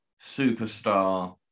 superstar